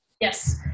Yes